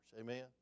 Amen